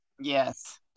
Yes